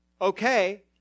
okay